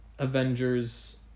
Avengers